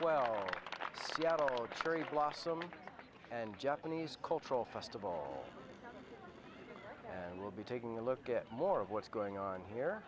well yeah or three blossom and japanese cultural festival and we'll be taking a look at more of what's going on here